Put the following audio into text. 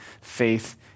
faith